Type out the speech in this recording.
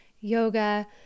yoga